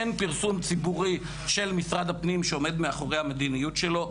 אין פרסום ציבורי של משרד הפנים שעומד מאחורי המדיניות שלו.